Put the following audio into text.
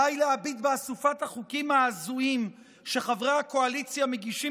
די להביט באסופת החוקים ההזויים שחברי הקואליציה מגישים